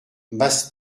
basse